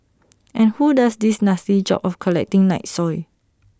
and who does this nasty job of collecting night soil